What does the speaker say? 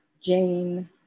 Jane